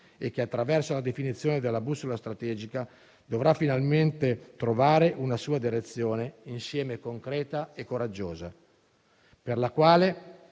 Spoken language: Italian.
e che, attraverso la definizione della bussola strategica, dovrà finalmente trovare una sua direzione, insieme concreta e coraggiosa, per la quale